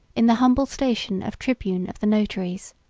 in the humble station of tribune of the notaries.